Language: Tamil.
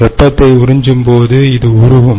எனவே வெப்பத்தை உறிஞ்சும்போது இது உருகும்